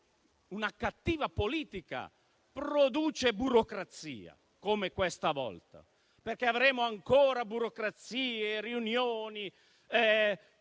Una cattiva politica, infatti, produce burocrazia, come questa volta. Avremo ancora burocrazie, riunioni,